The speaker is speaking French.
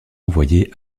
envoyée